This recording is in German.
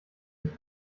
mit